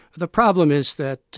the problem is that